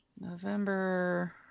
november